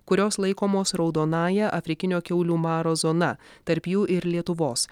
kurios laikomos raudonąja afrikinio kiaulių maro zona tarp jų ir lietuvos